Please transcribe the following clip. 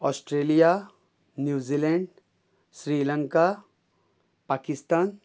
Australia New Zealand Sri Lanka Pakistan